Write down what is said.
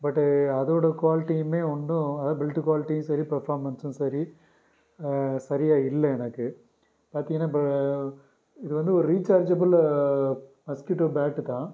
பட்டு அதோடய குவாலிட்டியுமே ஒன்றும் அதாவது பில்டு குவாலிட்டியும் சரி பெர்ஃபார்மன்ஸும் சரி சரியாயில்லை எனக்கு பார்த்தீங்கன்னா இப்போ இது வந்து ஒரு ரீசார்ஜபிள் மஸ்கிட்டோ பேட்டு தான்